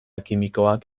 kimikoak